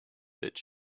that